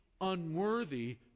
unworthy